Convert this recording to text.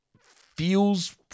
feels